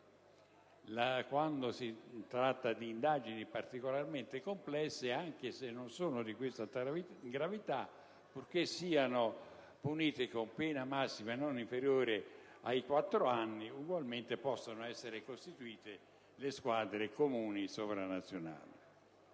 quando si tratta di indagini particolarmente complesse, anche se non sono relative a delitti di questa gravità, purché siano punite con pena massima non inferiore ai quattro anni, ugualmente possano essere costituite le squadre comuni sovranazionali.